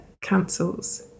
cancels